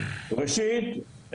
ראשית,